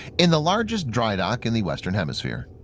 in the largest dry-dock in the western hemisphere.